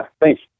thanks